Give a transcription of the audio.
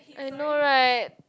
I know right